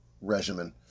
regimen